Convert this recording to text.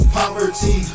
poverty